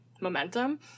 momentum